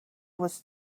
was